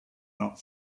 not